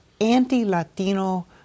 anti-Latino